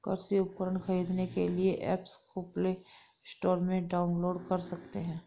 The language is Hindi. कृषि उपकरण खरीदने के लिए एप्स को प्ले स्टोर से डाउनलोड कर सकते हैं